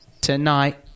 Tonight